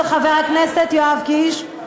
של חבר הכנסת יואב קיש,